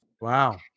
Wow